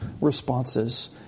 responses